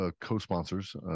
co-sponsors